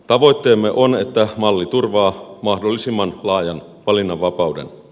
tavoitteemme on että malli turvaa mahdollisimman laajan valinnanvapauden